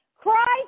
Christ